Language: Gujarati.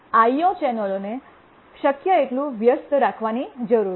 IO ચેનલોને શક્ય તેટલું વ્યસ્ત રાખવાની જરૂર છે